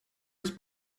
his